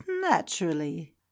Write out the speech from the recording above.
naturally